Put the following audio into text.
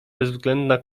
bezwzględna